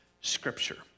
Scripture